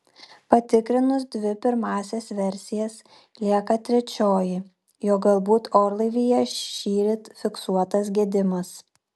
patikrinus dvi pirmąsias versijas lieka trečioji jog galbūt orlaivyje šįryt fiksuotas gedimas